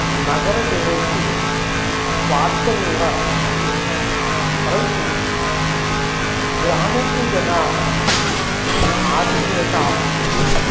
नगरजनेषु स्वार्थमेव अहं दृष्टवान् परन्तु ग्रामेषु जनाः तेषाम् आत्मीयता अधिकं भवति